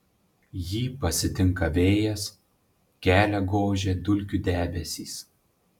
jį pasitinka vėjas kelią gožia dulkių debesys